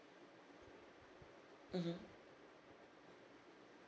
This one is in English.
mmhmm